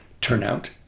Turnout